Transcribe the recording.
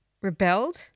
rebelled